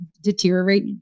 deteriorate